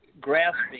grasping